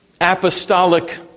apostolic